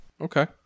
Okay